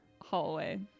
hallway